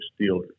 Steelers